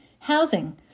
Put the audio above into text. Housing